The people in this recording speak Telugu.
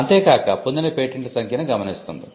అంతే కాక పొందిన పేటెంట్ల సంఖ్యను గమనిస్తుంది